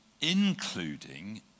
including